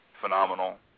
phenomenal